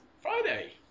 Friday